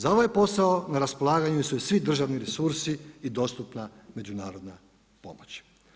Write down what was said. Za ovaj posao na raspolaganju su i svi državni resursi i dostupna međunarodna pomoć.